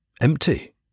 empty